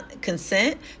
consent